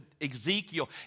Ezekiel